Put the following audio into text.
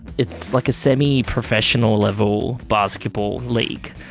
it's like a semi-professional level basketball league,